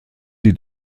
sie